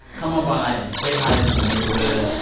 come on by and say hi if you're in the neighborhood.